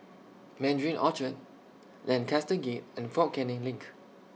Mandarin Orchard Lancaster Gate and Fort Canning LINK